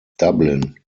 dublin